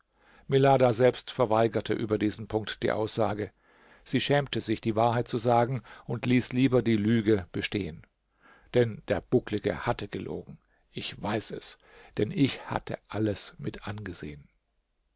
milada selbst verweigerte über diesen punkt die aussage sie schämte sich die wahrheit zu sagen und ließ lieber die lüge bestehen denn der bucklige hatte gelogen ich weiß es denn ich hatte alles mit angesehen